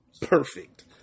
perfect